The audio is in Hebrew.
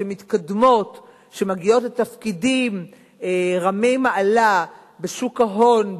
שמגיעות לתפקידים רמי מעלה בשוק ההון,